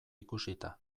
ikusita